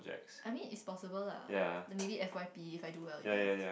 I mean it's possible lah then maybe F_Y_P if I do well enough